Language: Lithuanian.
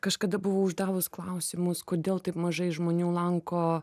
kažkada buvau uždavus klausimus kodėl taip mažai žmonių lanko